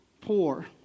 poor